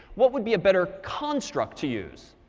what would be a better construct to use?